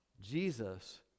Jesus